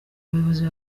abayobozi